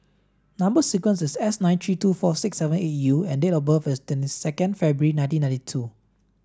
number sequence is S nine three two four six seven eight U and date of birth is twenty second February nineteen ninety two